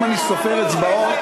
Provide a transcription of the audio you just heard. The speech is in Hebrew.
אם אני סופר אצבעות,